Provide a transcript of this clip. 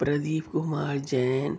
Pradeep Kumar Jain